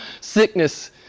sickness